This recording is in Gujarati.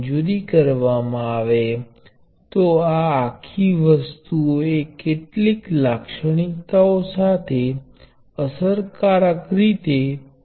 જો આ કેસ છે તો આ આખી વસ્તુનું મૂલ્ય એ I1 પ્ર્વાહ સ્રોતની સમકક્ષ છે